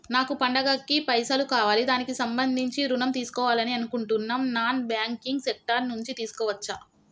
నాకు పండగ కి పైసలు కావాలి దానికి సంబంధించి ఋణం తీసుకోవాలని అనుకుంటున్నం నాన్ బ్యాంకింగ్ సెక్టార్ నుంచి తీసుకోవచ్చా?